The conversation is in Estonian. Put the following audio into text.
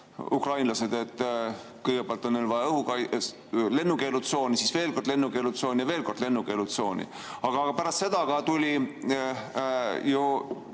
ukrainlased tõdesid: kõigepealt on neil vaja lennukeelutsooni, siis veel lennukeelutsooni ja veel kord lennukeelutsooni. Aga pärast seda tuli ju